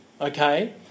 Okay